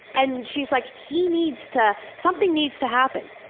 and she's like, he needs to, something needs to happen!